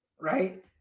right